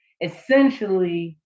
essentially